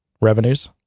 revenues